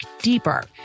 deeper